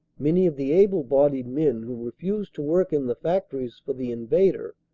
many of the able-bodied men, who refused to work in the factories for the invader,